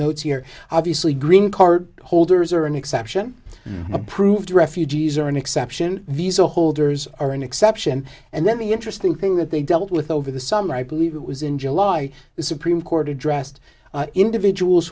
notes here obviously green card holders are an exception approved refugees are an exception visa holders are an exception and then the interesting thing that they dealt with over the summer i believe it was in july the supreme court addressed individuals